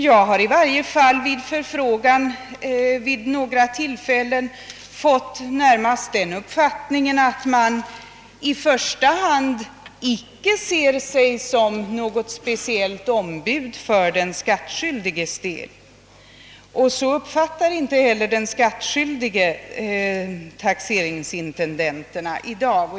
Jag har vid förfrågan vid några tillfällen närmast fått den uppfattningen, att man icke i första hand ser sig som något speciellt ombud för den skattskyldige, och så uppfattar inte heller den skattskyldige i dag taxeringsintendenten.